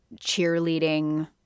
cheerleading